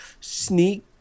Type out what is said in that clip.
sneak